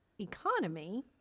economy